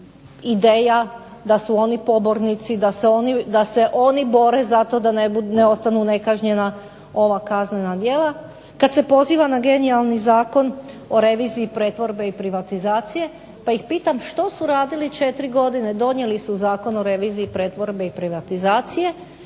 ideja, da su oni pobornici, da se oni bore za to da ne ostanu nekažnjena ova kaznena djela, kad se poziva na genijalni Zakon o reviziji pretvorbe i privatizacije, pa ih pitam što su radili 4 godine, donijeli su Zakon o reviziji pretvorbe i privatizacije